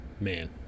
man